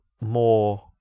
more